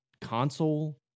console